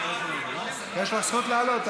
יש לך זכות לעלות.